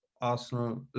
Arsenal